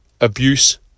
abuse